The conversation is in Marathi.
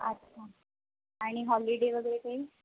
अच्छा आणि हॉलिडे वगैरे काही